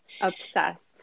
Obsessed